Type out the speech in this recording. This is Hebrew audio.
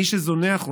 מי שזונח אותה,